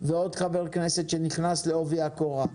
ועוד חבר כנסת שנכנס לעובי הקורה.